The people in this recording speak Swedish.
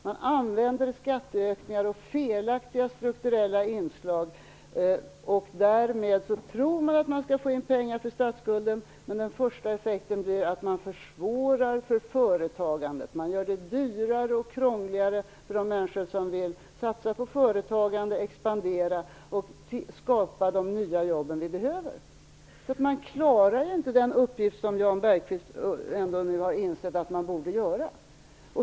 Man använder skatteökningar och felaktiga strukturella inslag. Därmed tror man att man skall få in pengar till statsskulden, men den första effekten blir att man försvårar för företagandet. Man gör det dyrare och krångligare för de människor som vill satsa på företagande att expandera och skapa de nya jobb vi behöver. Man klarar inte den uppgift som Jan Bergqvist har insett att man borde lösa.